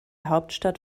hauptstadt